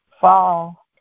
fall